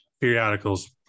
periodicals